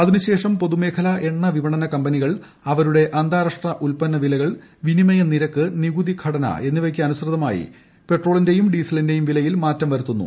അതിനുശേഷം പൊതുമേഖലാ എണ്ണ വിപണന കമ്പനികൾ അവരുടെ അന്താരാഷ്ട്ര ഉൽപ്പന്ന വിലകൾ വിനിമയ നിരക്ക് നികുതി ഘടന എന്നിവയ്ക്ക് അനുസൃതമായി പെട്രോളിന്റെയും ഡീസലിന്റെയും വിലയിൽ മാറ്റം വരുത്തുന്നു